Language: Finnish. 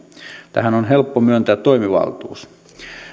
tähän on helppo myöntää toimivaltuus